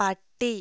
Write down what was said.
പട്ടി